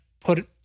put